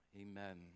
amen